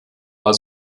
war